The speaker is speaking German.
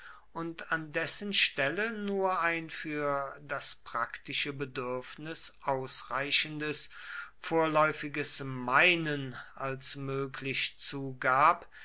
und an dessen stelle nur ein für das praktische bedürfnis ausreichendes vorläufiges meinen als möglich zugab